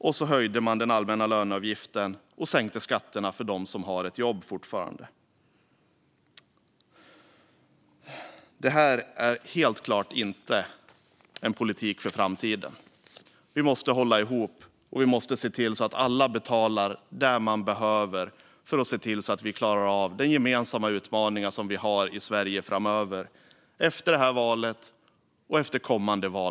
Man höjde den allmänna löneavgiften och sänkte skatterna för dem som fortfarande hade jobb. Det här är helt klart inte en politik för framtiden. Vi måste hålla ihop. Vi måste se till att alla betalar det som behövs för att vi ska klara av de gemensamma utmaningar som vi har i Sverige framöver - efter det här valet och efter kommande val.